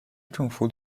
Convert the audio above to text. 政府